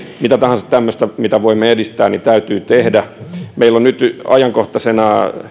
mitä tahansa tämmöistä mitä voimme edistää täytyy tehdä meillä on nyt nyt ajankohtaisena